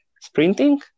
sprinting